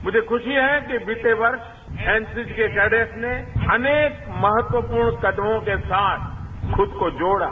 मुझे खुशी है कि बीते वर्ष एनसीसी के कैडेट ने अनेक महत्वपूर्ण कदमों के साथ खुद को जोड़ा